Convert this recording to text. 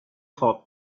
خوب